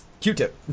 Q-tip